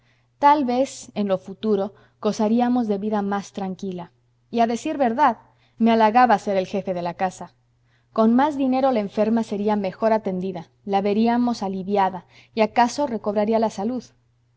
tal vez en lo futuro gozaríamos de vida más tranquila y a decir verdad me halagaba ser el jefe de la casa con más dinero la enferma sería mejor atendida la veríamos aliviada y acaso recobraría la salud